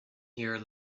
here